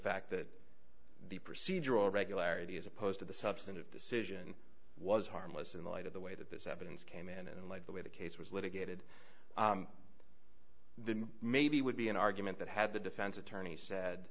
fact that the procedural regularity as opposed to the substantive decision was harmless in the light of the way that this evidence came in and led the way the case was litigated then maybe would be an argument that had the defense attorney